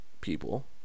people